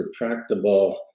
retractable